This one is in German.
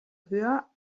höher